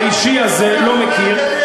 בלי הבדלי דת, אותו